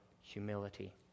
humility